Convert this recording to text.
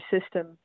system